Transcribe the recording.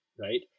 right